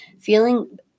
feeling